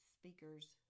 speakers